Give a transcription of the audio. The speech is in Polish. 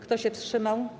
Kto się wstrzymał?